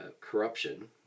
corruption